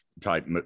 type